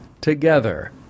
together